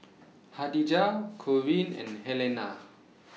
Khadijah Corene and Helena